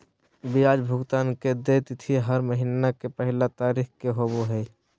ब्याज भुगतान के देय तिथि हर महीना के पहला तारीख़ के होबो हइ